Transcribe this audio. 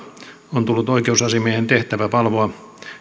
on tullut oikeusasiamiehen tehtävä valvoa